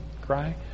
cry